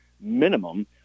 minimum